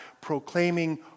proclaiming